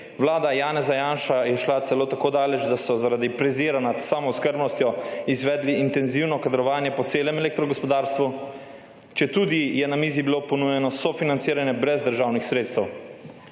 Vlada Janeza Janše je šla celo tako daleč, da so zaradi prezira nad samooskrbnostjo izvedli intenzivno kadrovanje po celem elektrogospodarstvu, četudi je bilo na mizi ponujeno sofinanciranje brez državnih sredstev,